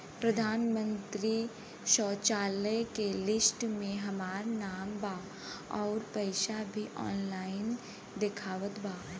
प्रधानमंत्री शौचालय के लिस्ट में हमार नाम बा अउर पैसा भी ऑनलाइन दिखावत बा